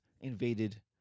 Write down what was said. invaded